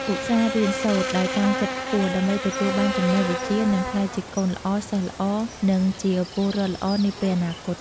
ឧស្សាហ៍រៀនសូត្រ ដោយតាំងចិត្តខ្ពស់ ដើម្បីទទួលបានចំណេះវិជ្ជា និងក្លាយជាកូនល្អ សិស្សល្អ និងជាពលរដ្ឋល្អនាពេលអនាគត។